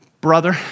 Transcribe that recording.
brother